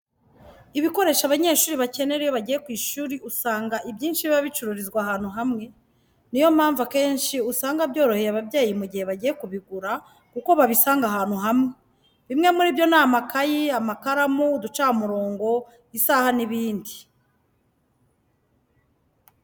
Ibikoresho abanyeshuri bakenera iyo bagiye ku ishuri, usanga ibyinshi biba bicururizwa ahantu hamwe. Niyo mpamvu akenshi usanga byoroheye ababyeyi mu gihe bagiye kubigura kuko babisanga ahantu hamwe. Bimwe muri byo ni amakayi, amakaramu, uducamurongo, isaha n'ibindi.